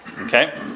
Okay